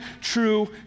true